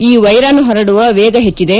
ಈ ವೈರಾಣು ಹರಡುವ ವೇಗ ಹೆಚ್ಟದೆ